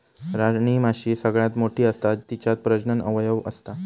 राणीमाशी सगळ्यात मोठी असता तिच्यात प्रजनन अवयव असता